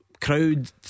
Crowd